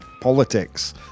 Politics